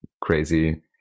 crazy